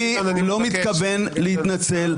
אני לא מתכוון להתנצל.